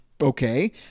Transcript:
okay